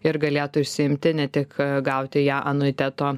ir galėtų išsiimti ne tik gauti ją anuiteto